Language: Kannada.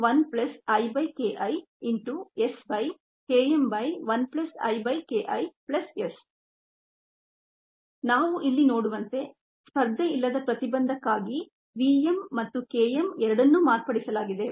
ಇದರ ವ್ಯುತ್ಪತ್ತಿ ಹೀಗಿರುತ್ತದೆ ನಾವು ಇಲ್ಲಿ ನೋಡುವಂತೆ ಸ್ಪರ್ಧೆಯಿಲ್ಲದ ಪ್ರತಿಬಂಧಕ್ಕಾಗಿ v m ಮತ್ತು K m ಎರಡನ್ನೂ ಮಾರ್ಪಡಿಸಲಾಗಿದೆ